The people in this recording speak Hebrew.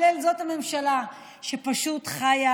אבל אין, זאת ממשלה שפשוט חיה